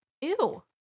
ew